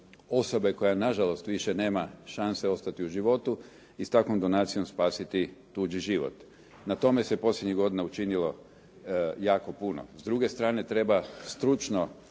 osobe koja na žalost nema više nema šanse ostati u životu i s takvom donacijom spasiti tuđi život. Na tome se posljednjih godina učinilo jako puno. S druge strane treba stručno